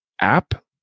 App